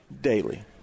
Daily